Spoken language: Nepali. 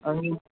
अनि